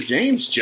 James